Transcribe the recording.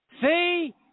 See